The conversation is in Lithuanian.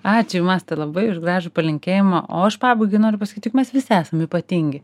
ačiū jum asta labai už gražų palinkėjimą o aš pabaigai noriu pasakyt juk mes visi esam ypatingi